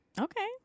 Okay